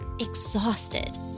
exhausted